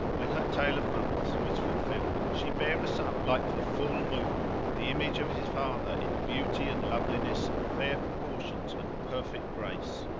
when her tale of months was fulfilled, she bare a son like the full moon, the image of his father in beauty and loveliness and fair proportions and perfect grace.